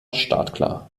startklar